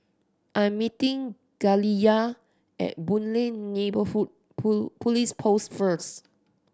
I am meeting Galilea at Boon Lay Neighbourhood Police Post first